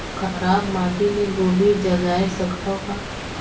खराब माटी मे गोभी जगाय सकथव का?